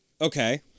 Okay